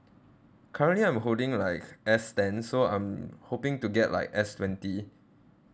currently I'm holding like S ten so I'm hoping to get like S twenty